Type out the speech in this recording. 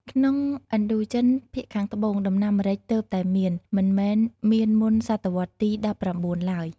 ក្នុងឥណ្ឌូចិនភាគខាងត្បូង ដំណាំម្រេចទើបតែមាន មិនមែនមានមុនសតវត្សទី១៩ឡើយ។